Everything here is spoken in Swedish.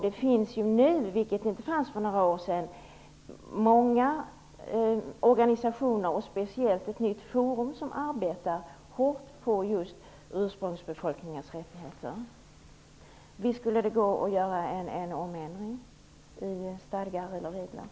Det finns nu, vilket inte fanns för några år sedan, många organisationer och speciellt ett nytt forum som arbetar hårt just för ursprungsbefolkningars rättigheter. Visst skulle det vara möjligt att göra en ändring i stadgar och regler.